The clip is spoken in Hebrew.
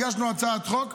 הגשנו הצעת חוק,